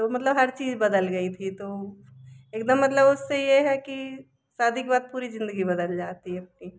तो मतलब हर चीज़ बदल गई थी तो एक दम मतलब उससे यह है कि शादी के बाद पूरी ज़िंदगी बदल जाती है पूरी